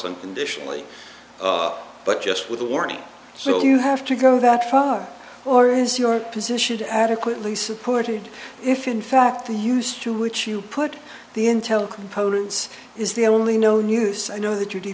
and conditionally but just with a warning so you have to go that far or is your position to adequately supported if in fact the use to which you put the intel components is the only known use i know th